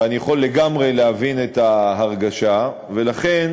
ואני יכול לגמרי להבין את ההרגשה, ולכן